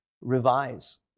revise